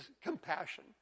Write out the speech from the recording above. compassion